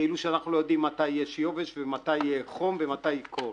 כאילו שאנחנו לא יודעים מתי יש יובש ומתי חום ומתי קור.